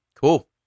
cool